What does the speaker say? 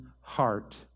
heart